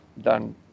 done